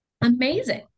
Amazing